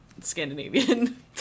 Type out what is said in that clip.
Scandinavian